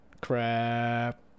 Crap